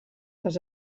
les